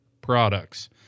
products